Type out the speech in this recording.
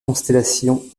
constellation